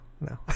no